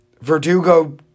Verdugo